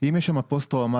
אם יש שם פוסט טראומטיים,